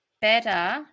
better